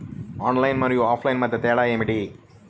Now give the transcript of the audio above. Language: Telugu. ఆన్లైన్ మరియు ఆఫ్లైన్ మధ్య తేడా ఏమిటీ?